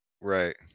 right